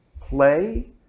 play